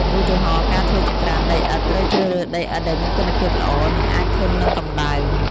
ឧទាហរណ៍ ការធ្វើចង្ក្រានដីឥដ្ឋ ត្រូវជ្រើសរើសដីឥដ្ឋដែលមានគុណភាពល្អ និងអាចធន់នឹងកម្ដៅ។